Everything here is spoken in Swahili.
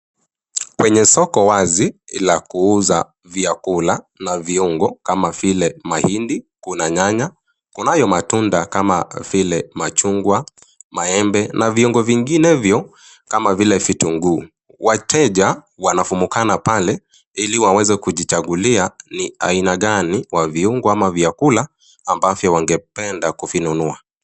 Kwenye soko wazi la kuuza vyakula na viungo kama vile mahindi, kuna nyanya, kunayo matunda kama vile machungwa, maembe na viungo vinginevyo kama vile vitungu. Wateja wanafumukana pale ili waweze kijichagulia ni aina gani ya viungo ama vyakula ambavyo wangependa kuvinunua.